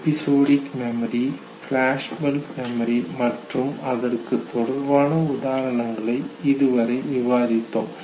episodic memory flashbulb memory மற்றும் அதற்குத் தொடர்பான உதாரணங்களை இதுவரை விவாதித்தோம்